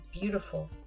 beautiful